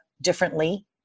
differently